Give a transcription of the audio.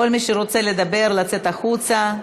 כל מי שרוצה לדבר, לצאת החוצה.